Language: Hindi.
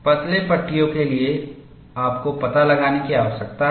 पतले पट्टीयों के लिए आपको पता लगाने की आवश्यकता है